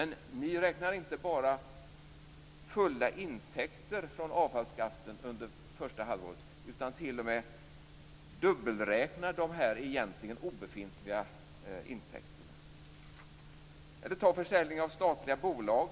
Ni räknar inte bara fulla intäkter av avfallsskatten under första halvåret, utan ni t.o.m. dubbelräknar de egentligen obefintliga intäkterna. Eller ta t.ex. försäljningen av statliga bolag!